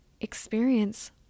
experience